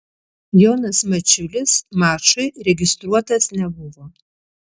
jonas mačiulis mačui registruotas nebuvo